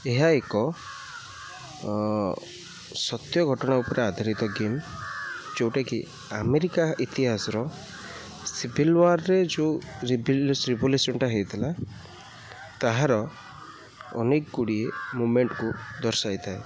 ଏହା ଏକ ସତ୍ୟ ଘଟଣା ଉପରେ ଆଧାରିତ ଗେମ୍ ଯେଉଁଟାକି ଆମେରିକା ଇତିହାସର ସିଭିଲ ୱାର୍ ରେ ଯେଉଁ ରିଭୁଲେସନ୍ ଟା ହେଇଥିଲା ତାହାର ଅନେକ ଗୁଡ଼ିଏ ମୁମେଣ୍ଟକୁ ଦର୍ଶାଇ ଥାଏ